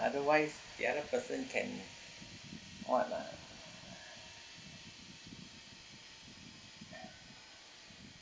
otherwise the other person can what ah